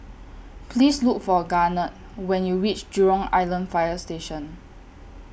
Please Look For Garnet when YOU REACH Jurong Island Fire Station